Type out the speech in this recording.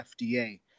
FDA